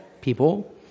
people